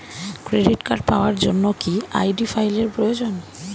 Credit card পাওয়ার জন্য কি আই.ডি ফাইল এর প্রয়োজন?